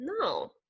No